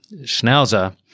schnauzer